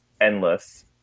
endless